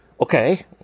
okay